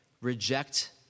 reject